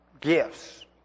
Gifts